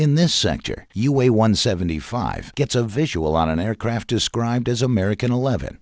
in this sector you a one seventy five gets a visual on an aircraft described as american eleven